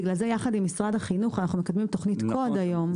בגלל זה יחד עם משרד החינוך אנחנו מקדמים את תכנית קוד היום.